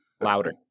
louder